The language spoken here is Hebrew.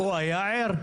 הוא היה ער?